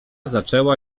zaczęła